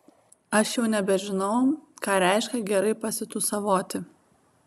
aš jau nebežinau ką reiškia gerai pasitūsavoti